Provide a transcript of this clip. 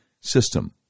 system